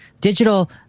Digital